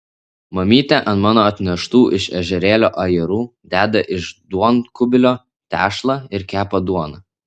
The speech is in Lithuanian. mamytė ant mano atneštų iš ežerėlio ajerų deda iš duonkubilio tešlą ir kepa duoną